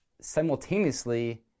simultaneously